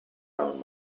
down